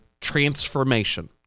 transformation